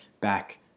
back